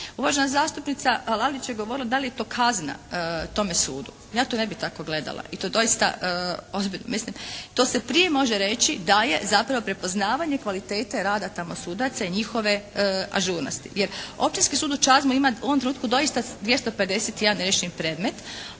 Uvažena zastupnica Lalić je govorila da li je to kazna tome sudu? Ja to ne bih tako gledala i to doista ozbiljno mislim. To se prije može reći da je zapravo prepoznavanje kvalitete rada tamo sudaca i njihove ažurnosti. Jer Općinski sud u Čazmi ima u ovom trenutku 251 neriješeni predmet.